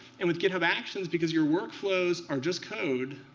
and with github actions, because your workflows are just code,